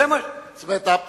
זאת אומרת,